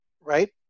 right